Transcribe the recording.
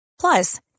Plus